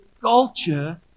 culture